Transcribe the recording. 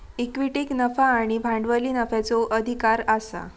इक्विटीक नफा आणि भांडवली नफ्याचो अधिकार आसा